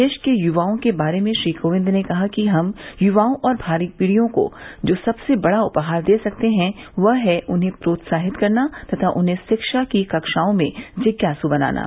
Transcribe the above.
देश के युवाओं के बारे में श्री कोविंद ने कहा कि हम युवाओं और भावी पीढ़ियों को जो सबसे बड़ा उपहार दे सकते हैं वह है उन्हें प्रोत्साहित करना तथा उन्हें शिक्षा की कक्षाओं में जिज्ञास बनाना